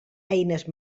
eines